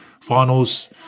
finals